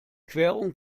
querung